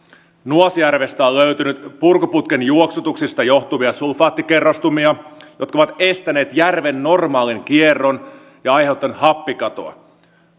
nuasjärvestä on löytynyt purkuputken juoksutuksista johtuvia sulfaattikerrostumia jotka ovat estäneet järven normaalin kierron ja aiheuttaneet happikatoa